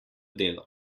delo